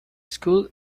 school